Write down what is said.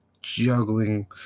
juggling